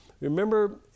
remember